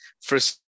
First